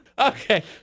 Okay